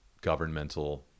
governmental